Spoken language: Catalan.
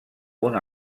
una